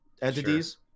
entities